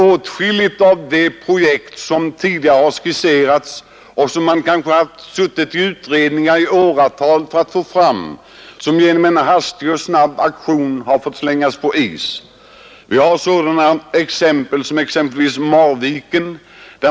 Åtskilliga av de projekt som tidigare har skisserats och som man kanske har suttit i utredningar i åratal för att få fram har genom en hastig aktion fått läggas på is. Vi har exempelvis Marviken.